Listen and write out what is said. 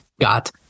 got